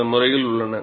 சில முறைகள் உள்ளன